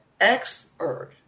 expert